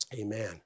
Amen